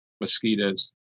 mosquitoes